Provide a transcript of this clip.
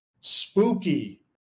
spooky